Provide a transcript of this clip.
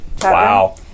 Wow